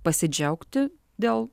pasidžiaugti dėl